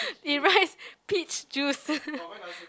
it writes peach juice